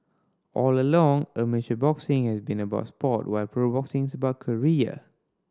all along amateur boxing has been about sport while pro boxing is about career